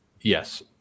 Yes